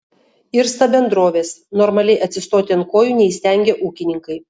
irsta bendrovės normaliai atsistoti ant kojų neįstengia ūkininkai